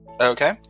Okay